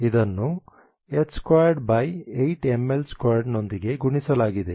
ಇದನ್ನು h28mL2 ನೊಂದಿಗೆ ಗುಣಿಸಲಾಗಿದೆ